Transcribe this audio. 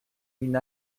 une